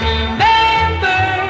Remember